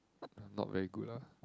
not very good lah